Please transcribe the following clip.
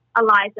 Eliza